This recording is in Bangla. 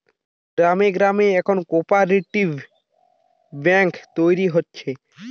গ্রামে গ্রামে এখন কোপরেটিভ বেঙ্ক তৈরী হচ্ছে